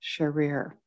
Sharir